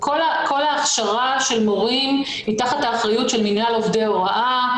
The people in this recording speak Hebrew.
כל ההכשרה של מורים היא תחת האחריות של מינהל עובדי ההוראה,